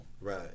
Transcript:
Right